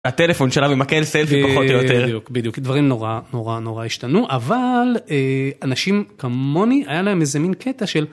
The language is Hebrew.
הטלפון שלה ומקל סלפי פחות או יותר בדיוק בדיוק דברים נורא נורא נורא השתנו אבל אנשים כמוני היה להם איזה מין קטע של